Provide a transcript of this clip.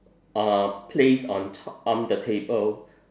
uh placed on to~ on the table